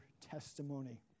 testimony